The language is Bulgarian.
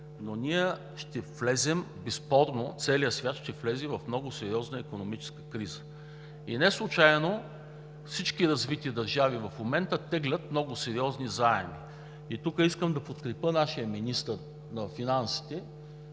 но ние ще влезем безспорно, целият свят ще влезе в много сериозна икономическа криза. Неслучайно всички развити държави в момента теглят много сериозни заеми. Тук искам да подкрепя нашия министър на финансите,